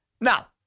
Now